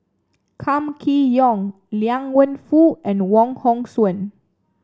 Kam Kee Yong Liang Wenfu and Wong Hong Suen